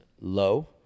low